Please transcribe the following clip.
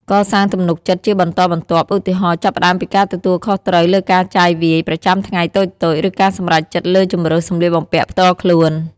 កសាងទំនុកចិត្តជាបន្តបន្ទាប់ ឧទាហរណ៍ ចាប់ផ្ដើមពីការទទួលខុសត្រូវលើការចាយវាយប្រចាំថ្ងៃតូចៗ ឬការសម្រេចចិត្តលើជម្រើសសម្លៀកបំពាក់ផ្ទាល់ខ្លួន។